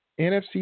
NFC